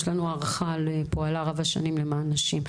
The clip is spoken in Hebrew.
יש לנו הערכה לפועלה רב השנים למען הנשים.